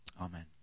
Amen